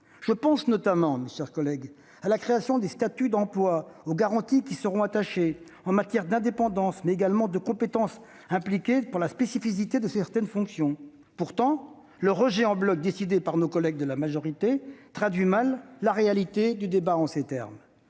Je pense notamment à la création des statuts d'emplois et aux garanties qui y seront attachées en matière d'indépendance, mais également de compétences impliquées par la spécificité de certaines fonctions. Pourtant, le rejet en bloc décidé par nos collègues de la majorité traduit mal la réalité du débat et de ses termes.